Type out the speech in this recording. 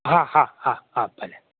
હા હા હા ભલે